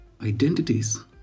identities